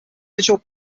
visual